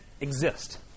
exist